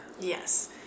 Yes